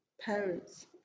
parents